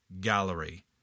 gallery